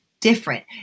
different